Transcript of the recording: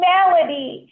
Melody